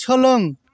सोलों